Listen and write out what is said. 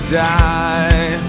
die